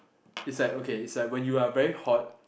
is like okay is like when you are very hot